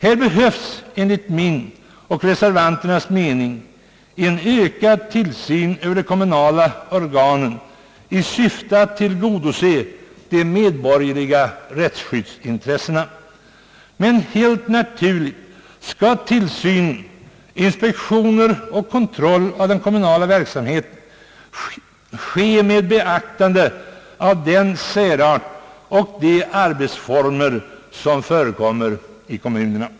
Det behövs enligt min och reservanternas mening en ökad tillsyn över de kommunala organen i syfte att tillgodose de medborgerliga rättsskyddsintressena. Men helt naturligt skall tillsynen, inspektioner och kontroll av den kommunala verksamheten ske med beaktande av den särart och de arbetsformer som förekommer i kommunerna.